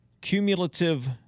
cumulative